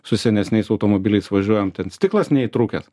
su senesniais automobiliais važiuojam ten stiklas neįtrūkęs